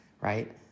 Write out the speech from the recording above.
right